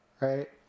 right